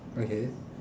okay